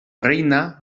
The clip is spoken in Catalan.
reina